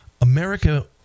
America